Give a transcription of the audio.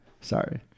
sorry